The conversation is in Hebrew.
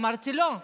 אמרתי לו: